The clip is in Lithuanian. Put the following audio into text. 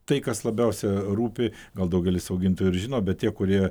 tai kas labiausia rūpi gal daugelis augintojų ir žino bet tie kurie